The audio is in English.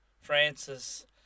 Francis